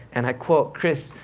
and i quote, chris,